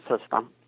system